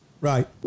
Right